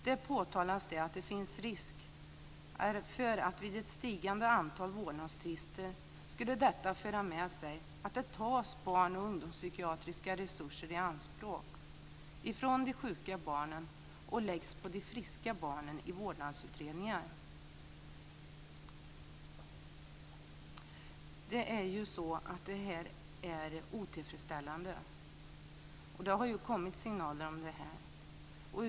Där påtalas det att det finns en risk för att ett stigande antal vårdnadstvister ska föra med sig att det tas barn och ungdomspsykiatriska resurser från de sjuka barnen och läggs på de friska barnen i vårdnadsutredningar. Detta är otillfredsställande. Det har kommit signaler om detta.